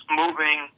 moving